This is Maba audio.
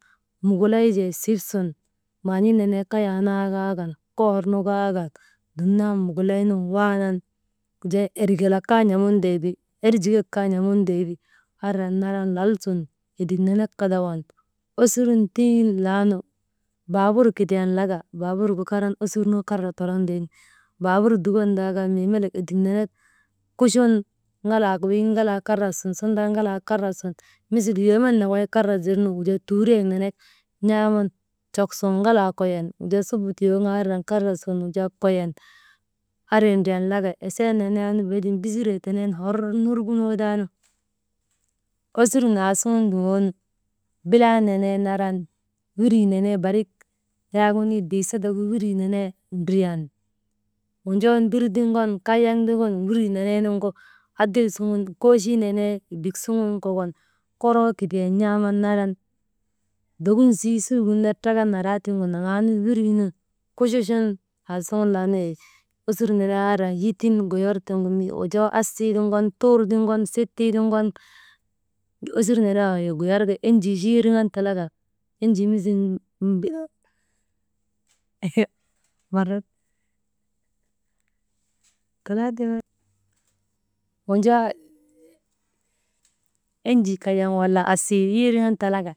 Mukulay jee sib sip sun, man̰ii nenee kayaa naa kaa kan, kuwar nu kaa kan, dumnan mukulay nun waanan, wujaa erikalak kaa n- amun teeti, erjikek kaa n̰amun tee ti ariyan naran lal sun edik nenek kadawan osurun tiŋin laanu baabur kidiyan laka, baabur gu karan osurnu karra toroŋ tee ti. Baabur dukonandaa kaa mii melek edik nenek kuchun ŋalaa, « hesitation» weyiŋ kara sun sundar ŋalaa kara sun misil yoomen nokoy kara zirnu wujaa tuuriyek nenek n̰aaman cok sun ŋalaa koyen wujaa subu tiyoonu kaa andriyan kara sun wujaa koyen andri driyan laka esee neneenu beedum biziree hor norbunoo taa nu osurun aasuŋun duŋoonu bilaa nenee naran, wirii nenee barik yak biisategu, biisategu wirii nenee ndriyan, wojoo mbir ti ŋon, kayaŋ ti ŋon wiruu neneenugu adil suŋun koochii nee bik suŋun kokon kondroo kidiyan n̰aaman dokonsii suugin ner trakan naraa tiŋgu naraanu wiriinun kuchuchun aasuŋun laanu wey osur neneeadriyan yitin goyee tiŋgu mii wonjoo asiil ti ŋon tuur tu gon, sitti tim gon osurenee waŋgu wey goyer kaa enjii yiiriŋan talaka «hesitation» enjii kayaŋ wala asii yiriŋan talaka.